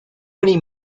many